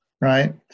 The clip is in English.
Right